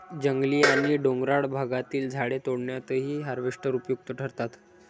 जंगली आणि डोंगराळ भागातील झाडे तोडण्यातही हार्वेस्टर उपयुक्त ठरतात